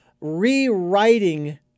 rewriting